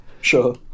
Sure